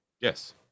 Yes